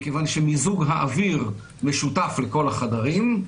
מכיוון שמיזוג האוויר משותף לכל החדרים,